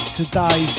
today